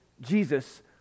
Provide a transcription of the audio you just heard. Jesus